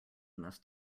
must